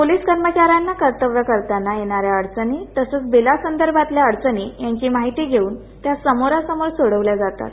police कर्मचाऱ्यांना कर्तव्य करतांना येणाऱ्या अडचणी तसंच बिला संदर्भातल्या अडचणी यांची माहीती घेऊन त्या समोरा समोर सोडवल्या जातात